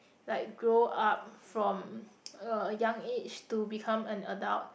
like grow up from a young age to become an adult